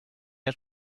has